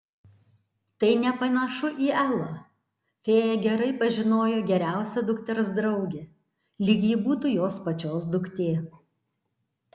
tai nepanašu į elą fėja gerai pažinojo geriausią dukters draugę lyg ji būtų jos pačios duktė